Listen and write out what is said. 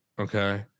okay